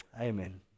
Amen